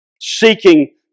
seeking